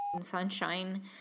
sunshine